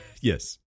yes